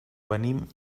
venim